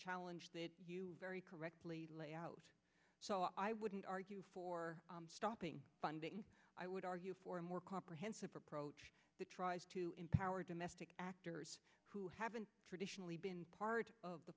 challenge that very correctly lay out so i wouldn't argue for stopping funding i would argue for a more comprehensive approach that tries to empower domestic actors who have been traditionally been part of the